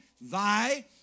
thy